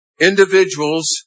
individuals